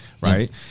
right